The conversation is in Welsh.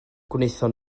gwnaethon